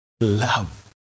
Love